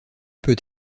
peut